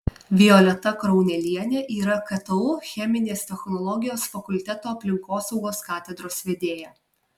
violeta kaunelienė yra ktu cheminės technologijos fakulteto aplinkosaugos katedros vedėja